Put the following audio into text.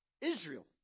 Israel